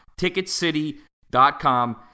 TicketCity.com